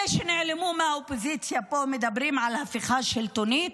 אלה מהאופוזיציה שנעלמו מדברים פה על הפיכה שלטונית?